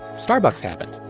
starbucks happened.